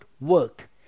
work